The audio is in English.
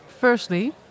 Firstly